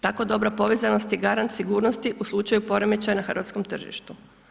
Tako dobra povezanost je garant sigurnosti u slučaju poremećaja na hrvatskom tržištu.